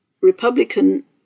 Republican